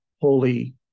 holy